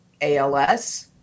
ALS